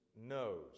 knows